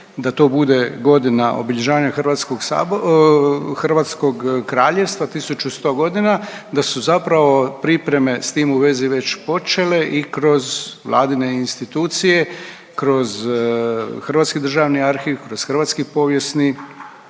da to bude godina obilježavanja Hrvatskog sabor, Hrvatskog Kraljevstva 1100 godina, da su zapravo pripreme s tim u vezi već počele i kroz vladine institucije, kroz Hrvatski državni arhiv, kroz Hrvatski povijesni